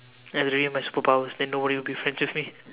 I really need my superpowers then no one will be friends with me